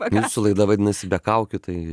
jūsų laida vadinasi be kaukių tai